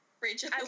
Rachel